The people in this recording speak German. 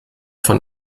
von